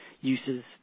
uses